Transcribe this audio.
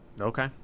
Okay